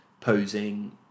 posing